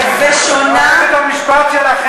הבוקר הזה,